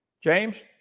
James